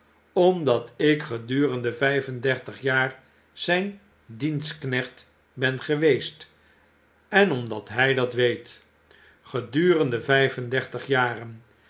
omdat ik gedurende vyf en dertig jaarzyn dienstlnecht ben geweest en omdat hy dat weet gedurende vyf en dertig jaren